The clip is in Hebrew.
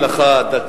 אוסיף לך דקה,